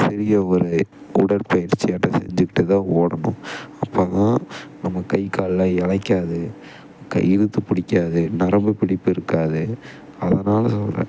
சிறிய ஒரு உடற்பயிற்சியாட்டம் செஞ்சுக்கிட்டு தான் ஓடணும் அப்போது தான் நம்ம கை காலுலாம் இளைக்காது கை இழுத்து பிடிக்காது நரம்பு பிடிப்பு இருக்காது அதனால் சொல்கிறேன்